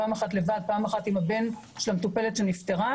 פעם אחת לבן ופעם אחת עם הבן של המטופלת שנפטרה,